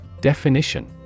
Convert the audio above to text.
Definition